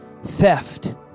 theft